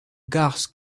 gas